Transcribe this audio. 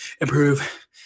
improve